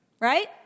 Right